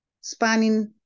spanning